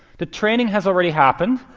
the training has already happened.